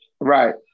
Right